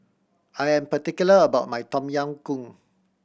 I am particular about my Tom Yam Goong